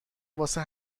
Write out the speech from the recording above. واسه